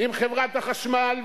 עם חברת החשמל,